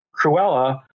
Cruella